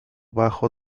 bajo